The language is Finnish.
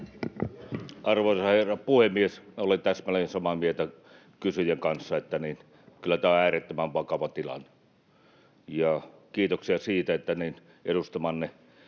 Arvoisa herra puhemies! Olen täsmälleen samaa mieltä kysyjän kanssa, että kyllä tämä on äärettömän vakava tilanne. Kiitoksia siitä, että edustamanne